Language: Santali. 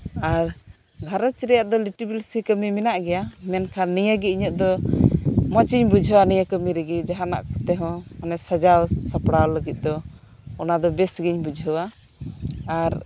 ᱟᱨ ᱜᱷᱟᱨᱚᱧᱡ ᱨᱮᱭᱟᱜ ᱫᱚ ᱞᱤᱴᱤᱵᱤᱭᱩᱥᱤ ᱠᱟᱹᱢᱤ ᱢᱮᱱᱟᱜ ᱜᱮᱭᱟ ᱢᱮᱱᱠᱦᱟᱱ ᱱᱤᱭᱟᱹᱜᱤ ᱤᱧᱟᱹᱜ ᱫᱚ ᱢᱚᱪ ᱤᱧ ᱵᱩᱡᱷᱟᱹᱣᱟ ᱱᱤᱭᱟᱹ ᱠᱟᱹᱢᱤ ᱨᱮᱜᱤ ᱡᱟᱦᱟᱱᱟᱜ ᱛᱮᱦᱚᱸ ᱚᱱᱮ ᱥᱟᱡᱟᱣ ᱥᱟᱯᱲᱟᱣ ᱞᱟᱹᱜᱤᱫ ᱫᱚ ᱚᱱᱟᱫᱚ ᱵᱮᱥᱜᱤᱧ ᱵᱩᱡᱷᱟᱹᱣᱟ ᱟᱨ